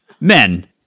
men